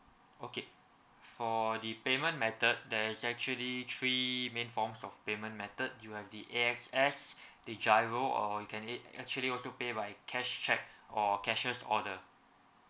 okay for the payment method there is actually three main forms of payment method you have the A X S the GIRO or you can ac~ actually also pay by cash cheque or cashiers order